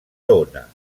tona